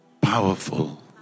Powerful